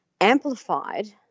amplified